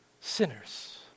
sinners